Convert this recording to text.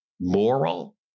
moral